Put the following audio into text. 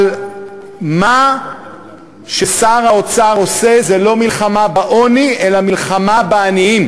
אבל מה ששר האוצר עושה זה לא מלחמה בעוני אלא מלחמה בעניים.